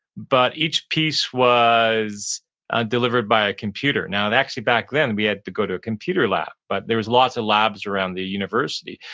but each piece was delivered by a computer. now, and actually back then we had to go to a computer lab. but there was lots of labs around the university,